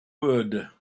wood